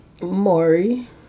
Maury